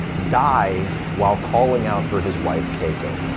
die while calling out for his wife keiko.